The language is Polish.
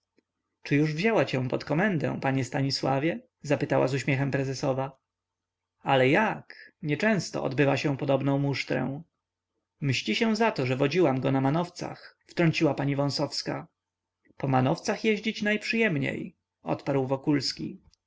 czy już wzięła cię pod komendę panie stanisławie zapytała z uśmiechem prezesowa ale jak nieczęsto odbywa się podobną musztrę mści się zato że wodziłam go po manowcach wtrąciła pani wąsowska po manowcach jeździć